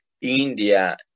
India